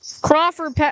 Crawford